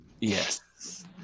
yes